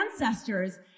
ancestors